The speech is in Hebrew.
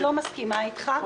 אני לא מסכימה איתך,